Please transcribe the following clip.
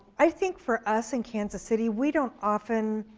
i think for us in kansas city, we don't often,